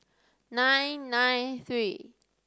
nine nine three